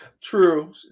true